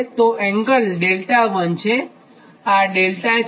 તો આ એંગલ 𝜃1 છે અને આ 𝜃 છે